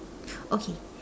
okay